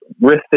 risk